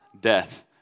death